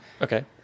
Okay